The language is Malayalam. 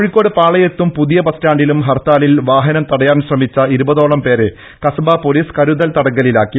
കോഴിക്കോട് പാളയത്തും പുതിയ ബസ് സ്റ്റാന്റിലും ഹർത്താലിൽ വാഹനം തടയാൻ ശ്രമിച്ച ഇരുപതോളം പേരെ കസബ് പൊലിസ് കരുതൽ തടങ്കലിലാക്കി